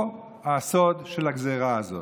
פה הסוד של הגזרה הזאת.